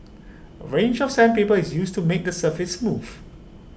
A range of sandpaper is used to make the surface smooth